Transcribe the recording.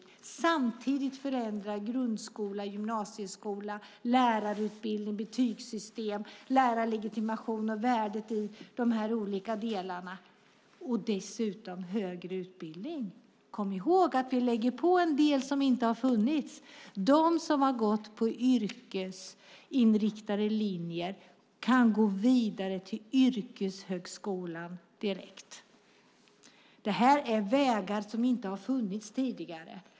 På en och samma gång förändrar vi grundskola, gymnasieskola, lärarutbildning, betygssystem, lärarlegitimation och värdet i dessa olika delar. Dessutom förändrar vi möjligheten till högre utbildning. Kom ihåg att vi lägger på en del som inte har funnits! De som har gått på yrkesinriktade linjer kan gå vidare till yrkeshögskolan direkt. Detta är vägar som inte har funnits tidigare.